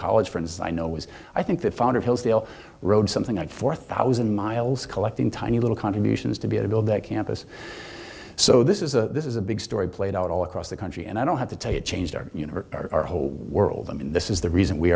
college friends i know it was i think the founders hillsdale road something like four thousand miles collecting tiny little contributions to be to build that campus so this is a this is a big story played out all across the country and i don't have to tell you it changed our universe our whole world i mean this is the reason we